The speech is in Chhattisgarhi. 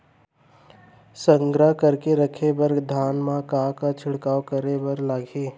संग्रह करके रखे बर धान मा का का छिड़काव करे बर लागही?